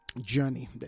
journey